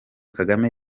kagame